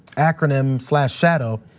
acronym so ah shadow.